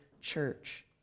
church